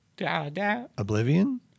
Oblivion